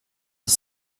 dix